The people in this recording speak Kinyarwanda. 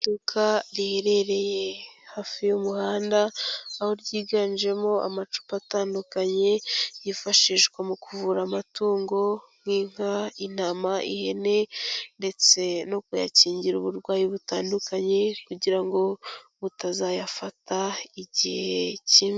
Iduka riherereye hafi y'umuhanda aho ryiganjemo amacupa atandukanye, yifashishwa mu kuvura amatungo, nk'inka, intama, ihene, ndetse no kuyakingira uburwayi butandukanye, kugira ngo butazayafata igihe kimwe.